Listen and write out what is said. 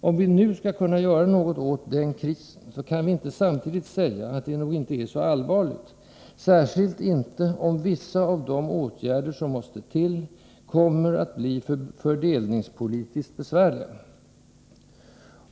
Om vi nu skall kunna göra något åt den krisen, då kan vi inte samtidigt säga att det nog inte är så allvarligt, särskilt inte om vissa av de åtgärder som måste till kommer att bli fördelningspolitiskt besvärliga.